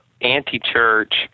anti-church